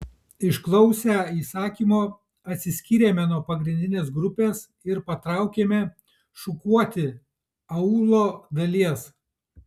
išklausę įsakymo atsiskyrėme nuo pagrindinės grupės ir patraukėme šukuoti aūlo dalies